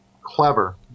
clever